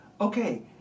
Okay